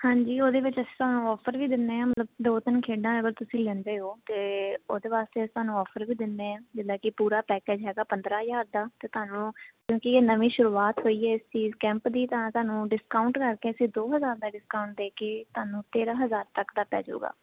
ਹਾਂਜੀ ਉਹਦੇ ਵਿੱਚ ਅਸੀਂ ਤੁਹਾਨੂੰ ਆਫਰ ਵੀ ਦਿੰਨੇ ਆ ਮਤਲਬ ਦੋ ਤਿੰਨ ਖੇਡਾਂ ਤੁਸੀਂ ਲੈਂਦੇ ਹੋ ਤੇ ਉਹਦੇ ਵਾਸਤੇ ਤੁਹਾਨੂੰ ਆਫਰ ਵੀ ਦਿੰਦੇ ਆ ਜਿਦਾਂ ਕਿ ਪੂਰਾ ਪੈਕਜ ਹੈਗਾ ਪੰਦਰਾਂ ਹਜਾਰ ਦਾ ਤੇ ਤੁਹਾਨੂੰ ਕਿਉਂਕਿ ਨਵੀਂ ਸ਼ੁਰੂਆਤ ਹੋਈ ਹ ਇਸ ਚੀਜ਼ ਕੈਂਪ ਦੀ ਤਾਂ ਤੁਹਾਨੂੰ ਡਿਸਕਾਊਂਟ ਕਰਕੇ ਅਸੀਂ ਦੋ ਹਜਾਰ ਦਾ ਡਿਸਕਾਊਂਟ ਦੇ ਕੇ ਤੁਹਾਨੂੰ ਤੇਰਾਂ ਹਜਾਰ ਤੱਕ ਦਾ ਪੈਜੂਗਾ